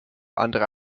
andere